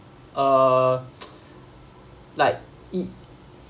err like it